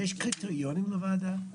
יש קריטריונים לוועדה?